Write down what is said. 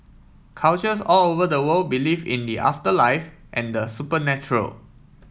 cultures all over the world believe in the afterlife and the supernatural